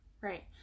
Right